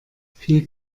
viel